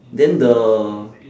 then the